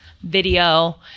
video